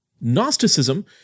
Gnosticism